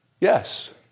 Yes